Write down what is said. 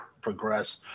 progress